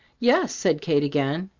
yes, said kate again.